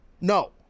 No